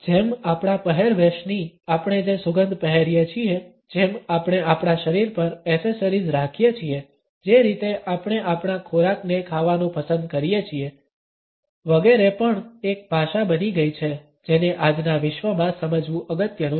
જેમ આપણા પહેરવેશની આપણે જે સુગંધ પહેરીએ છીએ જેમ આપણે આપણા શરીર પર એસેસરીઝ રાખીએ છીએ જે રીતે આપણે આપણા ખોરાકને ખાવાનું પસંદ કરીએ છીએ વગેરે પણ એક ભાષા બની ગઈ છે જેને આજના વિશ્વમાં સમજવું અગત્યનું છે